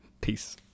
Peace